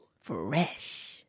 Fresh